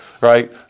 Right